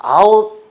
out